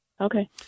Okay